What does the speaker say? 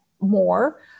more